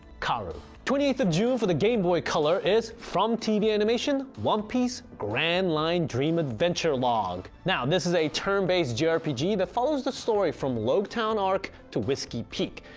karoo, twenty eighth june for the gameboy color is from tv animation one piece grand line dream adventure log now this is a turn based jrpg that follows the story from loguetown arc to whisky peak,